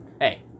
hey